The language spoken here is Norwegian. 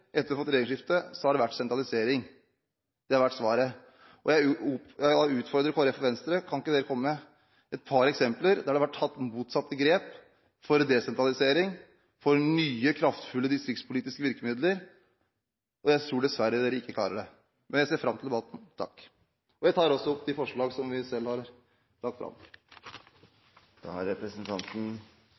etter at vi fikk regjeringsskiftet – har vært sentralisering. Det har vært svaret. Jeg utfordrer Kristelig Folkeparti og Venstre til å komme med et par eksempler på at det har vært tatt motsatte grep – for desentralisering, for nye, kraftfulle distriktspolitiske virkemidler – men jeg tror dessverre ikke at de klarer det. Men jeg ser fram til debatten. Jeg tar opp de forslagene Senterpartiet har lagt fram. Representanten Trygve Slagsvold Vedum har